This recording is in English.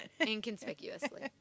inconspicuously